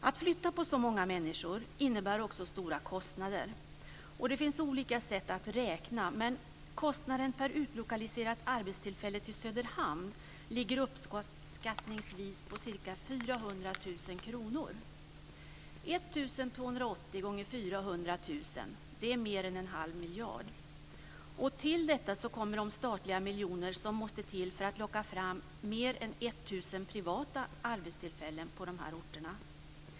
Att flytta på så många människor innebär också stora kostnader. Det finns olika sätt att räkna, men kostnaden per arbetstillfälle som utlokaliserats till Söderhamn ligger uppskattningsvis på ca 400 000 kr. 1 280 * 400 000 är mer än en halv miljard. Till detta kommer de statliga miljoner som måste till för att locka fram mer än 1 000 privata arbetstillfällen på dessa orter.